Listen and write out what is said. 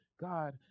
God